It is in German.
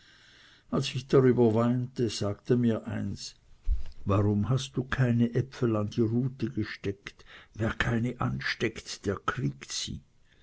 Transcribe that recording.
als ich darüber weinte sagte mir eins warum hast du keine äpfel an die rute gesteckt wer keine ansteckt der kriegt sie